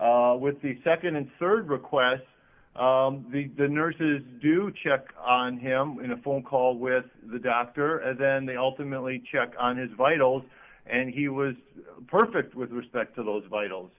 with the nd and rd requests the nurses do check on him in a phone call with the doctor and then they ultimately check on his vitals and he was perfect with respect to those vital